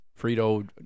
Frito